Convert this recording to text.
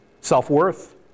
self-worth